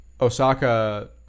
Osaka